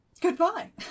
Goodbye